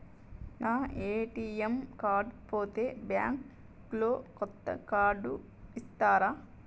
నా ATM card పోతే bank లో కొత్త కార్డు ఇస్తరా?